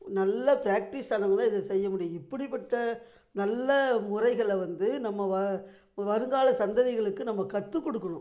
நல்ல பிராக்டிஸ் ஆனவங்கதான் இதை செய்ய முடியும் இப்படிப்பட்ட நல்ல முறைகளை வந்து நம்ம வ வருங்கால சந்ததிகளுக்கு நம்ம கற்றுக் கொடுக்கணும்